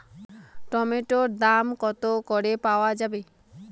টমেটোর দাম কত করে পাওয়া যায়?